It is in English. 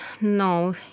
No